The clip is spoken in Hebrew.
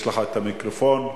המיקרופון שלך.